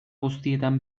guztietan